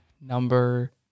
number